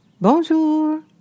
Bonjour